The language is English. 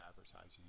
advertising